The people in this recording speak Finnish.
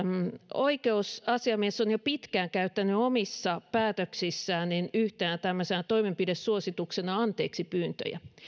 oikeusasiamies on jo pitkään käyttänyt omissa päätöksissään yhtenä tämmöisenä toimenpidesuosituksena anteeksipyyntöjä